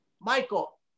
Michael